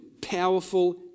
powerful